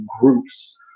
groups